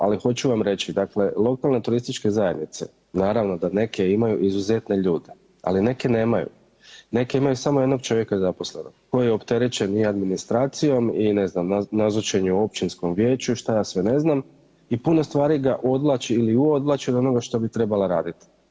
Ali hoću vam reći, dakle lokalne turističke zajednice, naravno da neke imaju izuzetne ljude, ali neke nemaju, neke imaju samo jednog čovjeka zaposlenog koji je opterećen i administracijom i ne znam, nazočenju općinskom vijeću i šta ja sve ne znam i puno stvari ga odvlači ili odvlači od onoga što bi trebala radit.